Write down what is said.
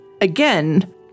again